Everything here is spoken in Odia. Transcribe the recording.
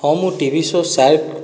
ହଁ ମୁଁ ଟିଭି ସୋ ସାର୍କ